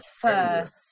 first